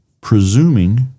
presuming